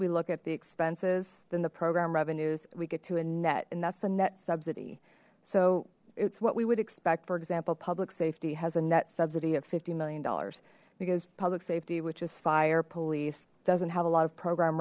we look at the expenses then the program revenues we get to a net and that's the net subsidy so it's what we would expect for example public safety has a net subsidy of fifty million dollars because public safety which is fire police doesn't have a lot of program